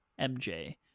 MJ